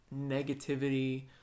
negativity